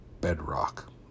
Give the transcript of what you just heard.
bedrock